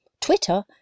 Twitter